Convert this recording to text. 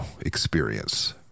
experience